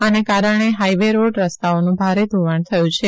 આને કારણે highway road રસ્તાઓનું ભારે ધોવાણ થયું છે